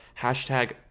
Hashtag